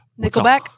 Nickelback